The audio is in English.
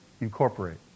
Incorporate